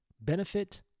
benefit